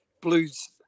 Blues